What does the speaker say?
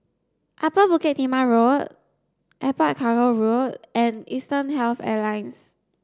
Upper Bukit Timah Road Airport Cargo Road and Eastern Health Alliance